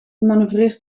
manoeuvreert